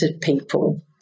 people